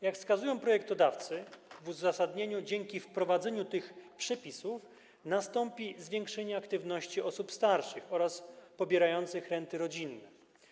Jak wskazują projektodawcy w uzasadnieniu, dzięki wprowadzeniu tych przepisów nastąpi zwiększenie aktywności osób starszych oraz pobierających renty rodzinne.